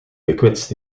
gekwetst